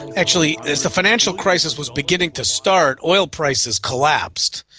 actually as the financial crisis was beginning to start, oil prices collapsed.